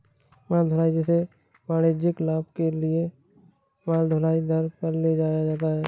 माल ढुलाई, जिसे वाणिज्यिक लाभ के लिए माल ढुलाई दर पर ले जाया जाता है